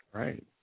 right